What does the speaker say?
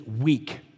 weak